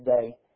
today